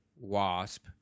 Wasp